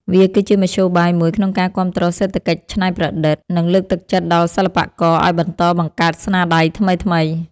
វាគឺជាមធ្យោបាយមួយក្នុងការគាំទ្រសេដ្ឋកិច្ចច្នៃប្រឌិត និងលើកទឹកចិត្តដល់សិល្បករឱ្យបន្តបង្កើតស្នាដៃថ្មីៗ។